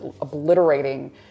obliterating